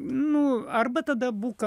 nu arba tada būk